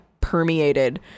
permeated